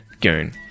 goon